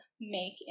make